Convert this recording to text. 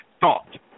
Thought